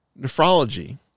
Nephrology